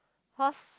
cause